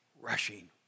rushing